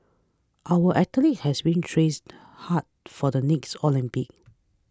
our athletes has been trains hard for the next Olympics